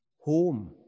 home